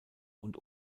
und